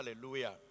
Hallelujah